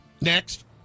Next